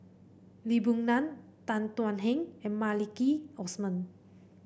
Lee Boon Ngan Tan Thuan Heng and Maliki Osman